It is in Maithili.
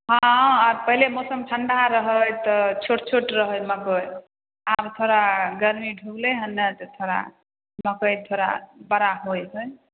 हँ आओर पहिले मौसम ठण्डा रहै तऽ छोट छोट रहै मकइ आब थोड़ा गरमी ढुकलै हँ ने तऽ थोड़ा मकइ थोड़ा थोड़ा बड़ा होइ हइ